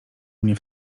mnie